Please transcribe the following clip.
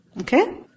Okay